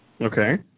Okay